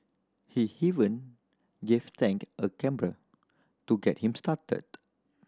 he even gave Tang a to get him started